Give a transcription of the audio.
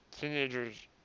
teenagers